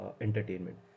entertainment